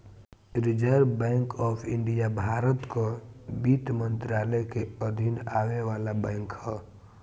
reserve Bank of India Bharat कअ वित्त मंत्रालय के अधीन आवे वाला बैंक हअ